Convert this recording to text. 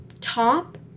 top